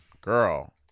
girl